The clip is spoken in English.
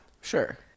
Sure